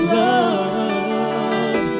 love